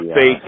fake